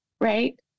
right